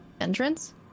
entrance